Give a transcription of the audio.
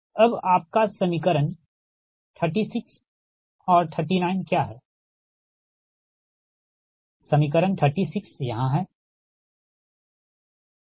अब आपका समीकरण 36 और 39 क्या है समीकरण 36 यहाँ है ठीक